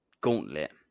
gauntlet